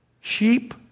Sheep